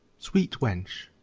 sweet wench.